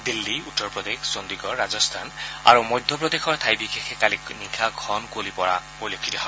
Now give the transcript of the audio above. দিল্লী উত্তৰ প্ৰদেশ চণ্ডিগড় ৰাজস্থান আৰু মধ্যপ্ৰদেশৰ ঠাই বিশেষে কালি নিশা ঘন কুঁৱলী পৰা পৰিলক্ষিত হয়